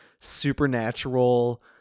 supernatural